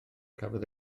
cafodd